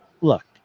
Look